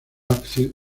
ácido